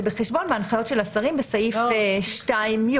בחשבון וההנחיות של השרים בסעיף 2(י).